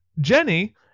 Jenny